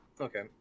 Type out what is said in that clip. Okay